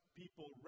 people